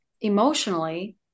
emotionally